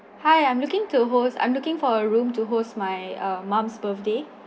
hi I'm looking to host I'm looking for a room to host my uh mum's birthday